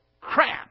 crap